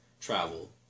travel